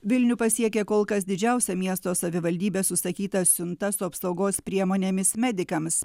vilnių pasiekė kol kas didžiausia miesto savivaldybės užsakyta siunta su apsaugos priemonėmis medikams